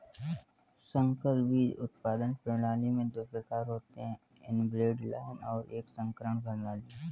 संकर बीज उत्पादन प्रणाली में दो प्रकार होते है इनब्रेड लाइनें और एक संकरण प्रणाली